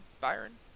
Byron